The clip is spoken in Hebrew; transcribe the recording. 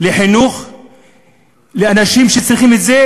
תמר זנדברג,